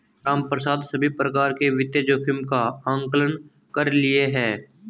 रामप्रसाद सभी प्रकार के वित्तीय जोखिम का आंकलन कर लिए है